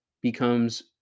becomes